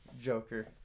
Joker